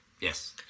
Yes